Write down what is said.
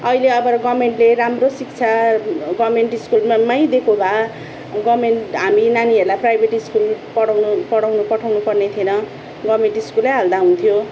अहिले अब गर्मेन्टले राम्रो शिक्षा गर्मेन्ट स्कुलमै दिएको भए पनि गर्मेन्ट हामी नानीहरूलाई प्राइभेट स्कुल पढाउनु पढाउनु पठाउनु पर्ने थिए गर्मेन्ट स्कुलै हाल्दा हुन्थ्यो